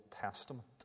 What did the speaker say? Testament